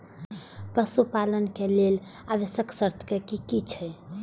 पशु पालन के लेल आवश्यक शर्त की की छै?